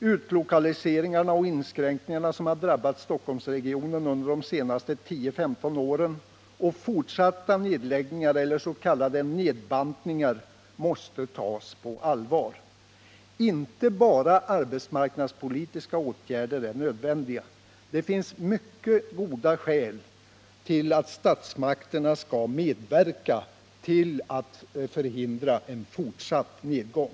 utlokaliseringarna och inskränkningarna som har drabbat Stockholmsregionen under de senaste 10-15 åren och fortsatta nedläggningar eller s.k. nedbantningar måste tas på allvar. Inte bara arbetsmarknadspolitiska åtgärder är nödvändiga. Det finns mycket goda skäl för att statsmakterna skall medverka till att förhindra en fortsatt nedgång.